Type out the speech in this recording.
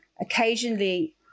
occasionally